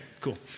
cool